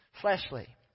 Fleshly